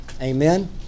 Amen